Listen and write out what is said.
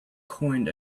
coined